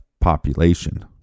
population